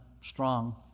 strong